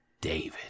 david